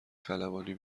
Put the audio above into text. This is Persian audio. خلبانی